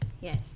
Yes